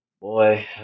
Boy